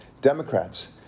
Democrats